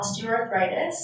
osteoarthritis